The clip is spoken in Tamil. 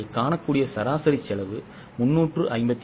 நீங்கள் காணக்கூடிய சராசரி செலவு 351